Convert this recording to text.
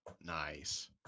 Nice